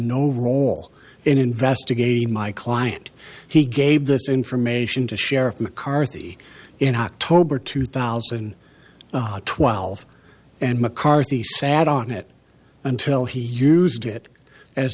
no role in investigating my client he gave this information to share of mccarthy in october two thousand and twelve and mccarthy sat on it until he used it as